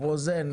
דני רוזן,